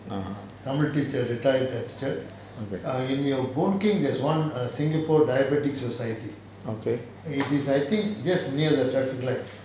(uh huh) okay okay